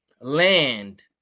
land